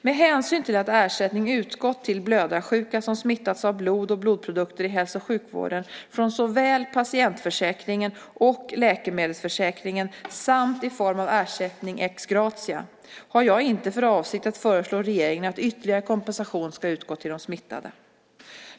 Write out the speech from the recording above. Med hänsyn till att ersättning utgått till blödarsjuka som smittats av blod och blodprodukter i hälso och sjukvården både från patientförsäkringen och läkemedelsförsäkringen och i form av ersättning ex gratia , har jag inte för avsikt att föreslå regeringen att ytterligare kompensation ska utgå till de smittade.